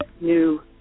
new